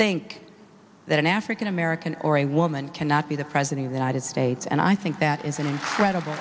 think that an african american or a woman cannot be the president of united states and i think that is an incredible